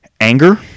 anger